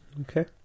Okay